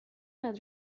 نباید